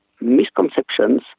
misconceptions